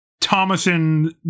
Thomason